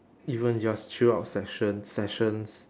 even just chill out session sessions